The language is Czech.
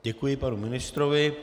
Děkuji panu ministrovi.